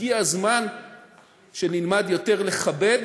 הגיע הזמן שנלמד לכבד